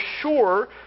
sure